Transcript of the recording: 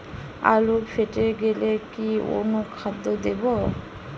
আলু ফেটে গেলে কি অনুখাদ্য দেবো?